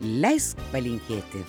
leisk palytėti